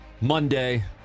Monday